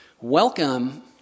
welcome